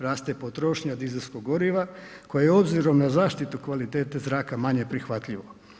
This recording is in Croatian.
Raste potrošnja dizelskog goriva, koje je obzirom na zaštitu kvalitete zraka manje prihvatljivo.